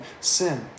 sin